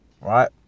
Right